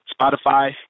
Spotify